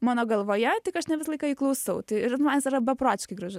mano galvoje tik aš ne visą laiką jį klausau tai ir man jisai beprotiškai gražus